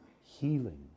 Healing